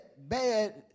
bad